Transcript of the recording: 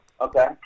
Okay